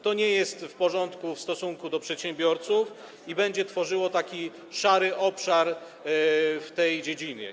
To nie jest w porządku w stosunku do przedsiębiorców i to będzie tworzyło taki szary obszar w tej dziedzinie.